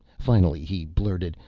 finally he blurted,